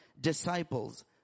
disciples